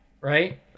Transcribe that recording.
right